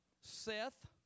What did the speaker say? Seth